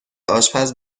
آشپز